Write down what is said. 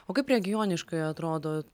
o kaip regioniškai atrodo